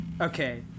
okay